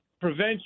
prevention